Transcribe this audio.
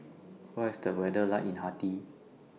What IS The weather like in Haiti